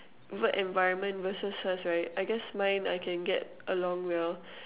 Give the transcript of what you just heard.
work environment versus hers right I guess mine I can get along well